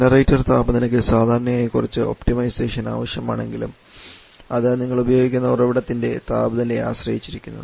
generator താപനിലയ്ക്ക് സാധാരണയായി കുറച്ച് ഒപ്റ്റിമൈസേഷൻ ആവശ്യമാണെങ്കിലും അത് നിങ്ങൾ ഉപയോഗിക്കുന്ന ഉറവിടത്തിന്റെ താപനിലയെ ആശ്രയിച്ചിരിക്കുന്നു